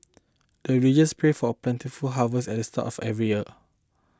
the villagers pray for plentiful harvest at start of every year